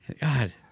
God